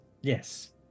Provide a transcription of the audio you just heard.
Yes